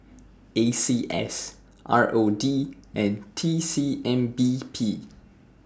A C S R O D and T C M B P